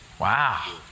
Wow